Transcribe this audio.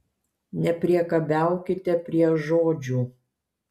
nepriekabiaukite prie žodžių